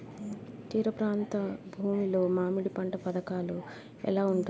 తీర ప్రాంత భూమి లో మామిడి పంట పథకాల ఎలా ఉంటుంది?